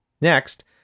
Next